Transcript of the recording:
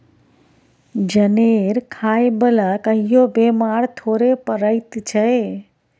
जनेर खाय बला कहियो बेमार थोड़े पड़ैत छै